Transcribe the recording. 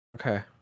okay